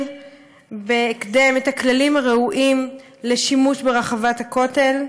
בהקדם את הכללים הראויים לשימוש ברחבת הכותל.